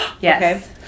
Yes